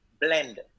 blend